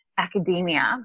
Academia